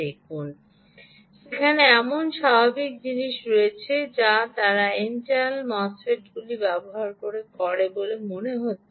দেখুন সেখানে এমন স্বাভাবিক জিনিস রয়েছে যা তারা এন চ্যানেল মোসফিটগুলি ব্যবহার করে বলে মনে হচ্ছে